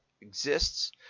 exists